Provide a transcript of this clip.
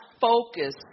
focus